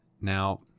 now